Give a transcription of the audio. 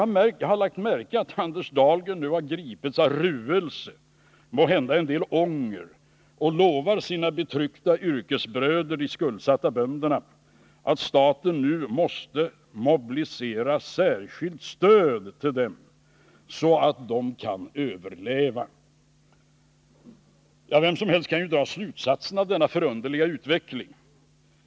Jag har lagt märke till att Anders Dahlgren nu har gripits av ruelse och måhända en del ånger. Han lovar sina betryckta yrkesbröder, de skuldsatta bönderna, att staten skall mobilisera särskilt stöd till dem, så att de kan överleva. Vem som helst kan dra slutsatsen av denna förunderliga utveckling.